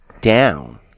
down